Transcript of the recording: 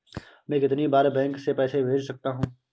मैं कितनी बार बैंक से पैसे भेज सकता हूँ?